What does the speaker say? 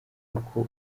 kuko